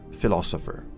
philosopher